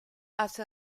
hace